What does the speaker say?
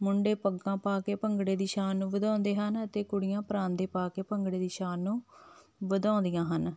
ਮੁੰਡੇ ਪੱਗਾਂ ਪਾ ਕੇ ਭੰਗੜੇ ਦੀ ਸ਼ਾਨ ਨੂੰ ਵਧਾਉਂਦੇ ਹਨ ਅਤੇ ਕੁੜੀਆਂ ਪਰਾਂਦੇ ਪਾ ਕੇ ਭੰਗੜੇ ਦੀ ਸ਼ਾਨ ਨੂੰ ਵਧਾਉਂਦੀਆਂ ਹਨ